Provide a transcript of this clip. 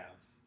Cavs